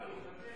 לא, לא.